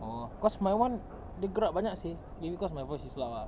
oh cause my [one] dia gerak banyak seh maybe because my voice is loud ah